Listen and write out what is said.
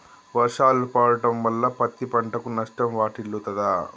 వర్షాలు పడటం వల్ల పత్తి పంటకు నష్టం వాటిల్లుతదా?